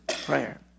prayer